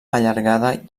allargada